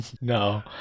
No